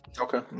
Okay